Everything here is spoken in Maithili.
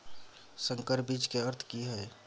संकर बीज के अर्थ की हैय?